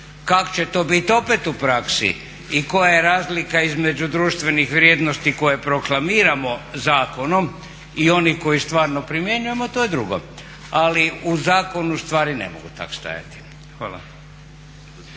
Kako će to biti opet u praksi i koja je razlika između društvenih vrijednosti koje proklamiramo zakonom i onih koje stvarno primjenjujemo to je drugo. Ali u zakonu stvari ne mogu tako stajati. Hvala.